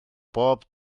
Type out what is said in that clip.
bob